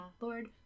Lord